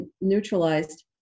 neutralized